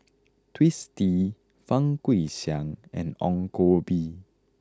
Twisstii Fang Guixiang and Ong Koh Bee